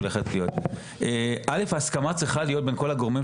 נכון שהמתווה הזה הוא לא פסגת השאיפות,